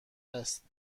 است